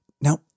Now